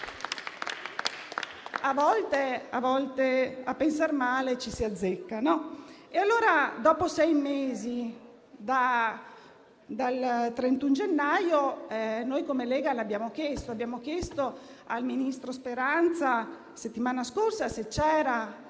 A volte a pensar male ci si azzecca. Allora, dopo sei mesi dal 31 gennaio, noi come Lega abbiamo chiesto al ministro Speranza la settimana scorsa se c'era un piano